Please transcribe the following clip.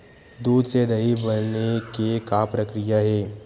दूध से दही बने के का प्रक्रिया हे?